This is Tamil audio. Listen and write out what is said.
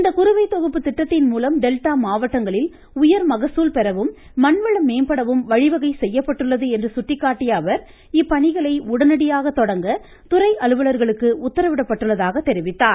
இந்த குறுவை தொகுப்பு திட்டத்தின் மூலம் டெல்டா மாவட்டங்களில் உயர் மகசூல் பெறவும் மண்வளம் மேம்படவும் வழிவகை செய்யப்பட்டுள்ளது என்று சுட்டிக்காட்டிய அவர் இப்பணிகளை உடனடியாக தொடங்க துறை அலுவலர்களுக்கு உத்தரவிடப்பட்டுள்ளதாக தெரிவித்தார்